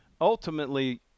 ultimately